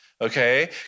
okay